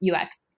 ux